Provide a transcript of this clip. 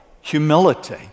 humility